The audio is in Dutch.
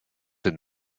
een